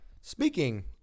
Speaking